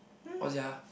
was it ah